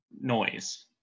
noise